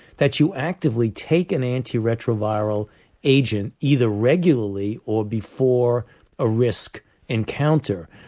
that you actively take an anti retro viral agent either regularly or before a risk encounter.